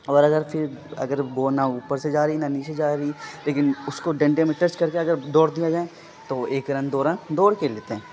اور اگر پھر اگر بال نہ اوپر سے جا رہی نہ نیچے سے جا رہی لیکن اس کو ڈنڈے میں ٹچ کر کے اگر دوڑ دیا جائیں تو وہ ایک رن دو رن دوڑ کے لیتے ہیں